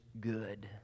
good